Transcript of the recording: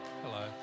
Hello